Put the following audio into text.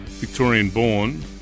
Victorian-born